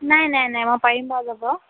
নাই নাই নাই মই পাৰিম বাৰু যাব